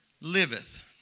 liveth